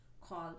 called